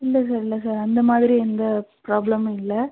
இல்லை சார் இல்லை சார் அந்த மாதிரி எந்த பிராப்ளமும் இல்லை